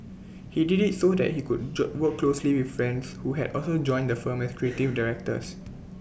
he did IT so that he could job work closely with friends who had also joined the firm as creative directors